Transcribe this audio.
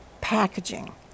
packaging